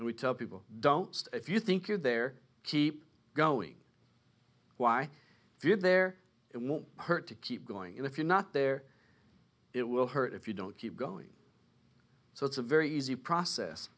and we tell people don't if you think you there keep going why we're there it won't hurt to keep going if you're not there it will hurt if you don't keep going so it's a very easy process